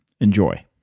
Enjoy